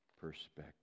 perspective